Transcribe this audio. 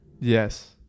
Yes